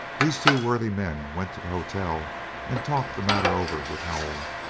these two worthy men went to the hotel and talked the matter over with howell.